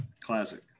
classic